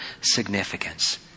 significance